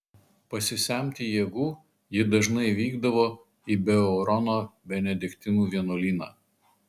pasisemti jėgų ji dažnai vykdavo į beurono benediktinų vienuolyną